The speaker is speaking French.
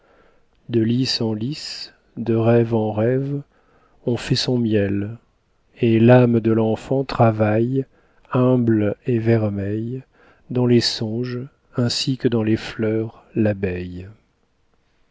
de lys en lys de rêve en rêve on fait son miel et l'âme de l'enfant travaille humble et vermeille dans les songes ainsi que dans les fleurs l'abeille